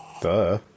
Duh